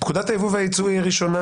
פקודת היבוא והיצוא היא הראשונה,